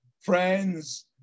friends